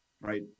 right